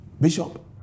Bishop